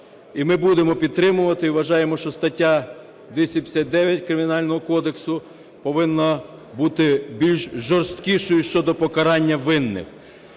І ми будемо підтримувати. І вважаємо, що стаття 259 Кримінального кодексу повинна бути більш жорсткішою щодо покарання винних.